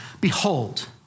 behold